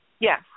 Yes